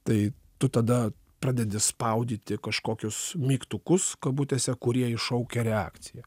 tai tu tada pradedi spaudyti kažkokius mygtukus kabutėse kurie iššaukia reakciją